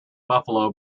buffalo